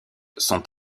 sont